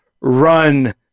run